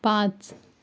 पांच